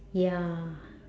ya